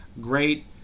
great